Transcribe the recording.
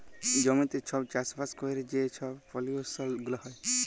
জমিতে ছব চাষবাস ক্যইরে যে ছব পলিউশল গুলা হ্যয়